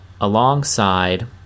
alongside